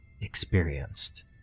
experienced